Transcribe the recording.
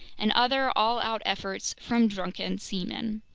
and other all-out efforts from drunken seamen.